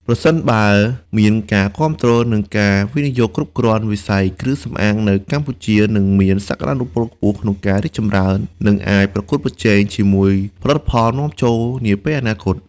ប្រសិនបើមានការគាំទ្រ និងការវិនិយោគគ្រប់គ្រាន់ វិស័យគ្រឿងសម្អាងនៅកម្ពុជានឹងមានសក្ដានុពលខ្ពស់ក្នុងការរីកចម្រើន និងអាចប្រកួតប្រជែងជាមួយផលិតផលនាំចូលនាពេលអនាគត។